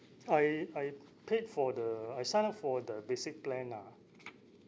I I paid for the I signed up for the basic plan lah